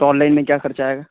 تو online میں کیا خرچہ آئے گا